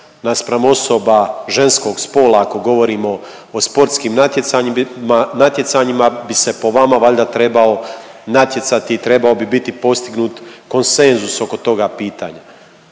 naspram osoba ženskog spola, ako govorimo o sportskim natjecanjima bi se po vama valjda trebao natjecati i trebao bi biti postignut konsenzus oko toga pitanja.